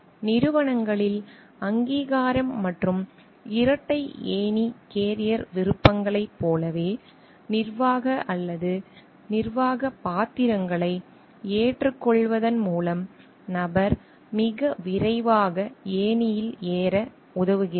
நிறுவனங்களில் அங்கீகாரம் மற்றும் இரட்டை ஏணி கேரியர் விருப்பங்களைப் போலவே நிர்வாக அல்லது நிர்வாகப் பாத்திரங்களை ஏற்றுக்கொள்வதன் மூலம் நபர் மிக விரைவாக ஏணியில் உயர உதவுகிறது